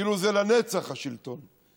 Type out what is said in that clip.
כאילו זה לנצח, השלטון.